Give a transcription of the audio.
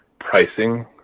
pricing